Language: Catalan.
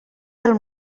del